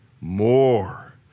more